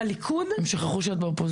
בליכוד --- הם שכחו שאת באופוזיציה.